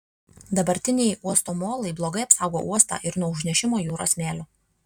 dabartiniai uosto molai blogai apsaugo uostą ir nuo užnešimo jūros smėliu